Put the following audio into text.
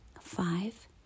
five